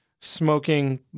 smoking